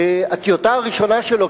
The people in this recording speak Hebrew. הטיוטה הראשונה שלו,